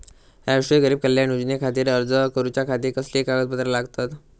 राष्ट्रीय गरीब कल्याण योजनेखातीर अर्ज करूच्या खाती कसली कागदपत्रा लागतत?